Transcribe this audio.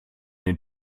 den